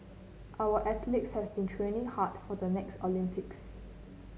our athletes has been training hard for the next Olympics